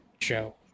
show